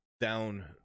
down